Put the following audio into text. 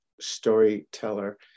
storyteller